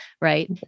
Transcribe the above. Right